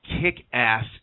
kick-ass